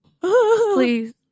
please